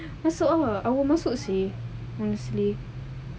esok err awak masuk see mostly